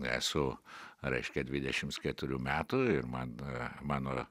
esu reiškia dvidešims keturių metų ir man mano